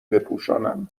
بپوشانم